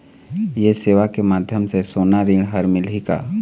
ये सेवा के माध्यम से सोना ऋण हर मिलही का?